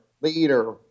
leader